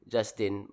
Justin